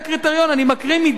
אני מקריא מדוח-טרכטנברג,